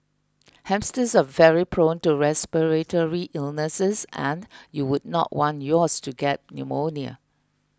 hamsters are very prone to respiratory illnesses and you would not want yours to get pneumonia